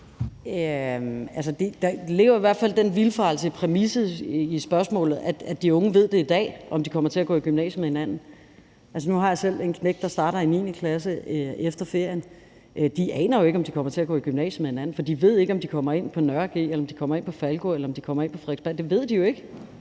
Altså, der ligger jo i hvert fald den vildfarelse i præmissen for spørgsmålet, at man siger, at de unge ved det i dag, altså om de kommer til at gå i gymnasiet med hinanden. Nu har jeg selv en knægt, der starter i 9. klasse efter ferien. De aner jo ikke, om de kommer til at gå i gymnasiet med hinanden, for de ved ikke, om de kommer ind på Nørre G, om de kommer ind på Falkonergården Gymnasium, eller om de kommer ind på Frederiksberg Gymnasium. Det ved de jo ikke.